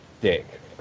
dick